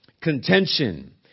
contention